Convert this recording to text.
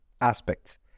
aspects